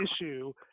issue